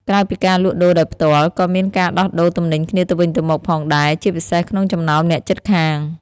ក្រៅពីការលក់ដូរដោយផ្ទាល់ ក៏មានការដោះដូរទំនិញគ្នាទៅវិញទៅមកផងដែរ ជាពិសេសក្នុងចំណោមអ្នកជិតខាង។